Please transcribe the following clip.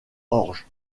orge